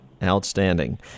outstanding